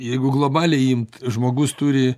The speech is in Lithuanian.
jeigu globaliai imt žmogus turi